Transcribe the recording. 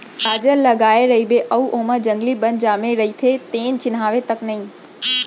गाजर लगाए रइबे अउ ओमा जंगली बन जामे रइथे तेन चिन्हावय तक नई